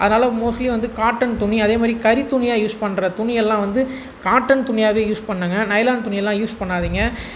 அதனால் மோஸ்ட்லி வந்து காட்டன் துணி அதே மாதிரி கரித்துணியாக யூஸ் பண்ணுற துணி எல்லாம் வந்து காட்டன் துணியாகவே யூஸ் பண்ணுங்கள் நைலான் துணி எல்லாம் யூஸ் பண்ணாதிங்க